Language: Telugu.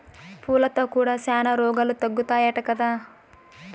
పూలతో కూడా శానా రోగాలు తగ్గుతాయట కదా